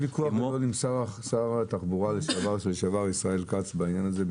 שר התחבורה לשעבר ישראל כץ בעניין הזה,